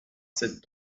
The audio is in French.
ses